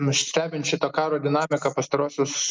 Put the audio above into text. nu stebint šito karo dinamiką pastaruosius